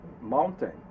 mountain